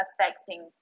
affecting